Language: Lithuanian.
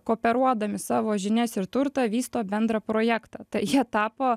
kooperuodami savo žinias ir turtą vysto bendrą projektą tai jie tapo